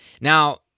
Now